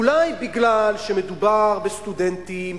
אולי בגלל שמדובר בסטודנטים,